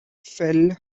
fell